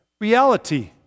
reality